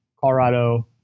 Colorado